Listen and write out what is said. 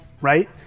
right